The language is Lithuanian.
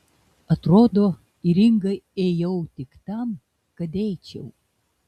atrodo į ringą ėjau tik tam kad eičiau